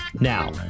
Now